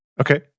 Okay